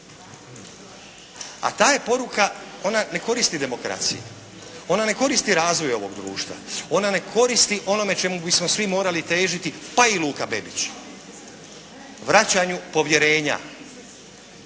A ta je poruka, ona ne koristi demokraciji. Ona ne koristi razvoju ovoga društva. Ona ne koristi onome čemu bismo svi morali težiti pa i Luka Bebić. Vraćanju povjerenja